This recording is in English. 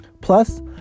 Plus